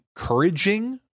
encouraging